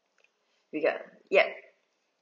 regard yup